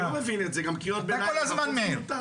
אתה כל הזמן מעיר.